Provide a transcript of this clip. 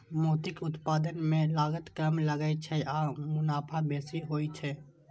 मोतीक उत्पादन मे लागत कम लागै छै आ मुनाफा बेसी होइ छै